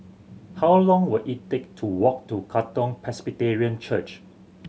how long will it take to walk to Katong Presbyterian Church